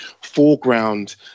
foreground